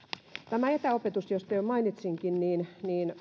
tämä etäopetus josta jo mainitsinkin